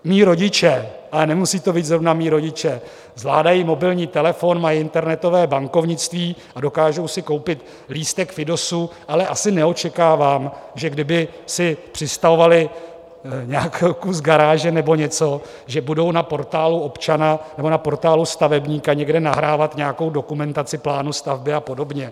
Mí rodiče ale nemusí to být zrovna mí rodiče zvládají mobilní telefon, mají internetové bankovnictví a dokážou si koupit lístek v IDOSu, ale asi neočekávám, že kdyby si přistavovali nějaký kus garáže nebo něco, že budou na Portálu občana nebo na Portálu stavebníka někde nahrávat nějakou dokumentaci plánu stavby a podobně.